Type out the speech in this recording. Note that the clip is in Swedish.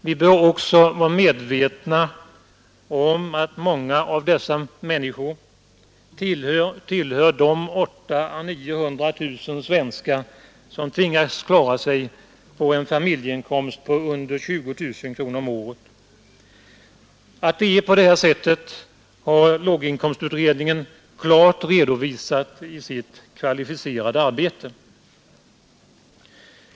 Vi bör också vara medvetna om att många av dessa människor tillhör de 800 000 å 900 000 svenskar som tvingas klara sig på en familjeinkomst av under 20 000 kronor om året. Att det är på detta sätt har låginkomstutredningen klart redovisat i sitt kvalificerade arbete.